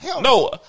No